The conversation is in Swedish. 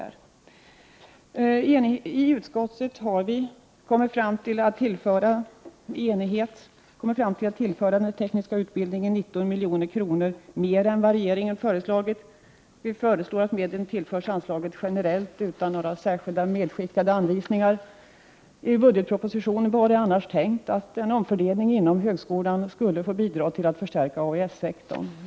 Ett enigt utskott har kommit fram till att tillföra den tekniska grundutbildningen 19 milj.kr. mer än vad regeringen föreslagit. Vi föreslår att medlen tillförs anslaget generellt utan några särskilt medskickade anvisningar. Enligt budgetpropositionen var det tänkt att en omfördelning inom högskolan skulle få bidra till att förstärka AES-sektorn.